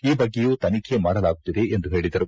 ಈ ಬಗ್ಗೆಯೂ ತನಿಖೆ ಮಾಡಲಾಗುತ್ತಿದೆ ಎಂದು ಹೇಳಿದರು